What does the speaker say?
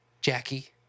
Jackie